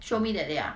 show me that day ah